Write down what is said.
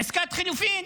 עסקת חילופין.